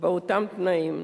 באותם תנאים.